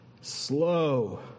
slow